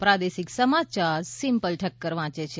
પ્રાદેશિક સમાચાર સિમ્પલ્લ ઠક્કર વાંચે છે